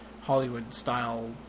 Hollywood-style